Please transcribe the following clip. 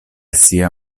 sia